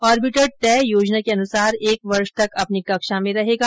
orbiter तय योजना के अनुसार एक वर्ष तक अपनी कक्षा में रहेगा